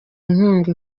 inkunga